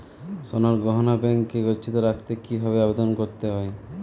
সোনার গহনা ব্যাংকে গচ্ছিত রাখতে কি ভাবে আবেদন করতে হয়?